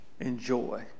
enjoy